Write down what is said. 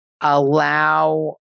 allow